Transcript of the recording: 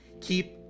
keep